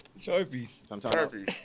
sharpies